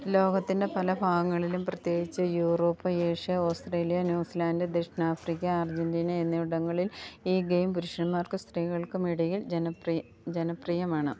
ലോകത്തിന്റെ പല ഭാഗങ്ങളിലും പ്രത്യേകിച്ച് യൂറോപ്പ് ഏഷ്യ ഓസ്ട്രേലിയ ന്യൂസിലാൻഡ് ദക്ഷിണാഫ്രിക്ക അർജന്റീന എന്നിവിടങ്ങളിൽ ഈ ഗെയിം പുരുഷന്മാർക്കും സ്ത്രീകൾക്കും ഇടയിൽ ജനപ്രിയമാണ്